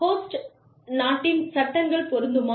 host நாட்டின் சட்டங்கள் பொருந்துமா